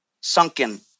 sunken